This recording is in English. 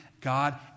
God